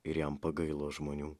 ir jam pagailo žmonių